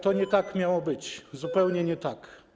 To nie tak miało być, zupełnie nie tak.